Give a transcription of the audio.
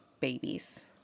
babies